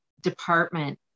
department